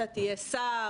אתה תהיה שר.